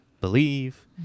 believe